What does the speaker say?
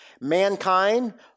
mankind